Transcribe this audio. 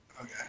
Okay